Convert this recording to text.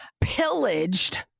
pillaged